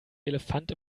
elefant